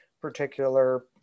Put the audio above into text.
particular